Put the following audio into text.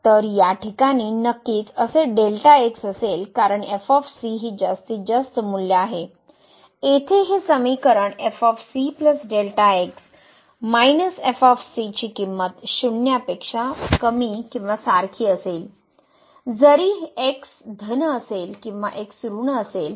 तर या ठिकाणी नक्कीच असे डेल्टा एक्स असेल कारण एफ ऑफ सी ही जास्तीत जास्त मूल्य आहे येथे हे समिकरण ची किंमत शून्यापेक्षा पेक्षा कमी किंवा सारखी असेल जरी हा एक्स धन असेल किंवा एक्स ऋण असेल